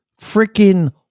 freaking